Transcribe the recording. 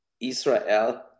Israel